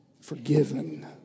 forgiven